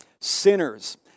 sinners